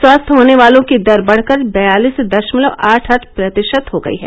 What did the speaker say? स्वस्थ होने वालों की दर बढकर बयालीस दशमलव आठ आठ प्रतिशत हो गई है